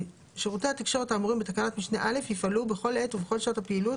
שירותי התקשורת האמורים בתקנת משנה (א) יפעלו בכל עת ובכל שעות הפעילות